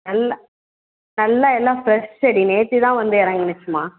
நல்லா நல்லா எல்லாம் ஃப்ரெஷ் செடி நேற்றுதான் வந்து இறங்குனுச்சும்மா